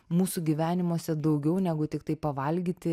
mūsų gyvenimuose daugiau negu tiktai pavalgyti